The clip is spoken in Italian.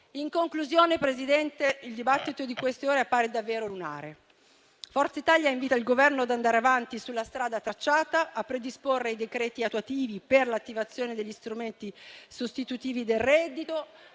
In conclusione, signor Presidente, il dibattito di queste ore appare davvero lunare. Forza Italia invita il Governo ad andare avanti sulla strada tracciata, a predisporre i decreti attuativi per l'attivazione degli strumenti sostitutivi del reddito